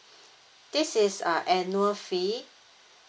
this is uh annual fee